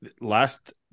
last